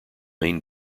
main